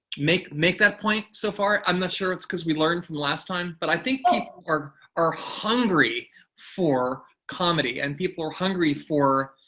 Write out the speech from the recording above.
make make that point so far, i'm not sure it's because we learned from last time. but i think people are are hungry for comedy, and people are hungry for